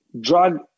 drug